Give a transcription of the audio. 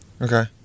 Okay